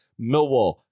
Millwall